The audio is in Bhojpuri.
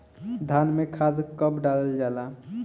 धान में खाद कब डालल जाला?